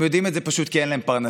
הם יודעים את זה פשוט כי אין להם פרנסה,